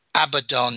Abaddon